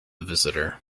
visitor